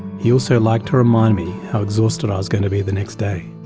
he also liked to remind me how exhausted i was going to be the next day.